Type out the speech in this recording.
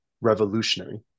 revolutionary